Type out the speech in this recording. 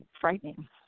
frightening